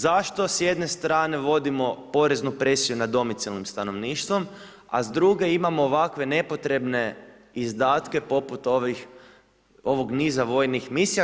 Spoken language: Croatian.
Zašto s jedne strane vodimo poreznu presiju nad domicilnim stanovništvom, a s druge imamo ovakve nepotrebne izdatke, poput ovih niza vojnih misija.